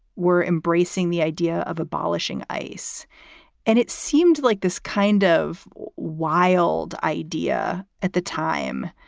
were embracing the idea of abolishing ice and it seemed like this kind of wild idea at the time,